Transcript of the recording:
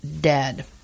dead